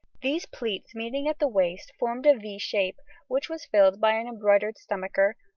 these pleats, meeting at the waist, formed a v shape, which was filled by an embroidered stomacher,